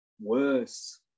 worse